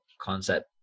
concept